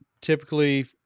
typically